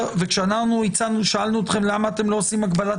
כשאנחנו שאלנו אתכם למה אתם לא עושים הגבלת